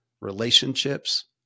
relationships